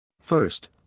First